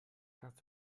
kannst